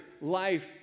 life